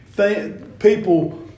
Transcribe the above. people